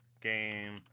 game